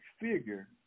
figure